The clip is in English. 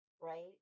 right